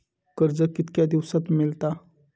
कर्ज कितक्या दिवसात मेळता?